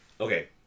Okay